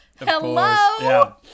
Hello